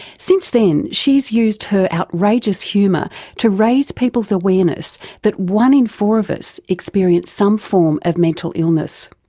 since then she has used her outrageous humour to raise people's awareness that one in four of us experience some form of mental illness.